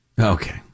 Okay